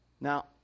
now